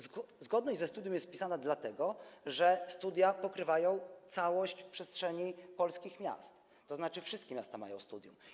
Zgodność ze studium jest wpisana, dlatego że studia pokrywają całość przestrzeni polskich miast, tzn. wszystkie miasta mają studium.